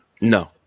No